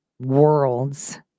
worlds